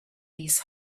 these